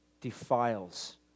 defiles